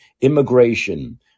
immigration